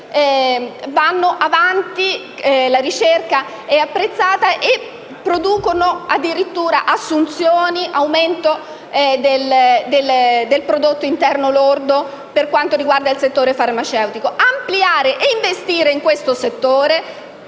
vanno avanti, la loro ricerca è apprezzata e garantiscono assunzioni e aumento del Prodotto interno lordo, per quanto riguarda il settore farmaceutico. Ampliare e investire in questo settore,